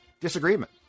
disagreement